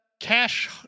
Cash